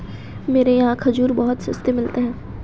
मेरे यहाँ खजूर बहुत सस्ते मिलते हैं